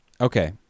Okay